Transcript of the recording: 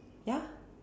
ya